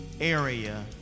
area